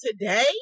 today